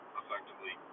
effectively